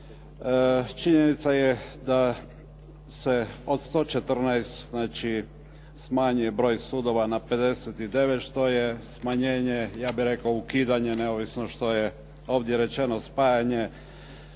činjenica je da se od 114 znači smanji broj sudova na 59 što je smanjenje ja bih rekao ukidanje neovisno što je ovdje rečeno spajanje